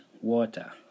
water